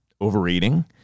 Overeating